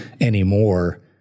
anymore